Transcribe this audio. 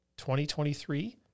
2023